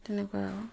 তেনেকুৱা আৰু